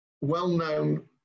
well-known